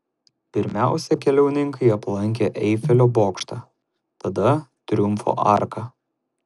pirmiausia keliauninkai aplankė eifelio bokštą tada triumfo arką